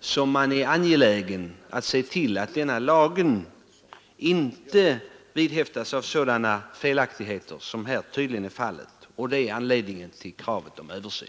är vi angelägna om att lagen inte skall vara behäftad med sådana felaktigheter som den tydligen är nu. Det är det som är anledningen till kravet på en översyn.